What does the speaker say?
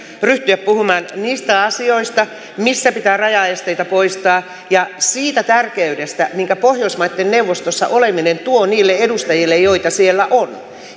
ryhtyä puhumaan niistä asioista missä pitää rajaesteitä poistaa ja siitä tärkeydestä minkä pohjoismaitten neuvostossa oleminen tuo niille edustajille joita siellä on